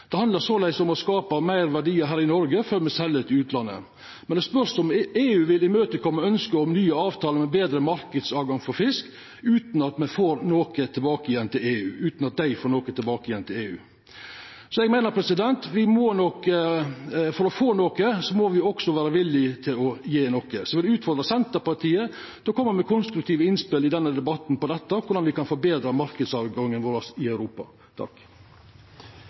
Noreg før me sel til utlandet. Men det spørst om EU vil kome i møte ønsket om nye avtalar med betre marknadstilgang for fisk utan at dei får noko tilbake igjen. Så eg meiner at for å få noko må me vere villige til å gje noko. Så eg vil utfordra Senterpartiet til å koma med konstruktive innspel i denne debatten til korleis me kan forbetra marknadstilgangen vår i Europa.